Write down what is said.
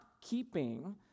keeping